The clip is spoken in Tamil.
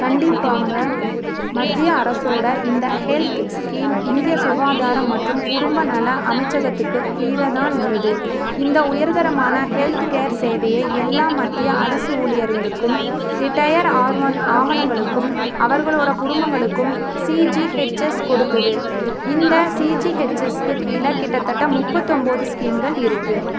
கண்டிப்பாங்க மத்திய அரசோடய இந்த ஹெல்த் ஸ்கீம் இந்திய சுகாதாரம் மற்றும் குடும்ப நல அமைச்சகத்துக்கு கீழே தான் வருது இந்த உயர்தரமான ஹெல்த்கேர் சேவையை எல்லா மத்திய அரசு ஊழியர்களுக்கும் ரிட்டயர் ஆர்ஒன் ஆவணங்களுக்கும் அவர்களோட குடும்பங்களுக்கும் சிஜிஹெச்எஸ் கொடுக்குது இந்த சிஜிஹெச்எஸ்க்கு கீழே கிட்டத்தட்ட முப்பத்தொம்பது ஸ்கீம்கள் இருக்குது